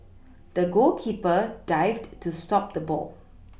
the goalkeeper dived to stop the ball